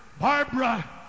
Barbara